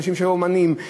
אנשים שהם אמנים,